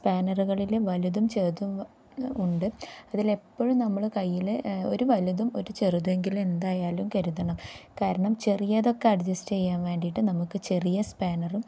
സ്പാനറുകളിൽ വലുതും ചെറതും ഉണ്ട് അതിൽ എപ്പോഴും നമ്മൾ കയ്യിൽ ഒരു വലുതും ഒരു ചെറുതെങ്കിലും എന്തായാലും കരുതണം കാരണം ചെറിയതൊക്കെ അഡ്ജസ്റ്റ് ചെയ്യാൻ വേണ്ടിയിട്ട് നമുക്ക് ചെറിയ സ്പാനറും